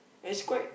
it's quite